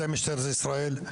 אתם משטרת ישראל.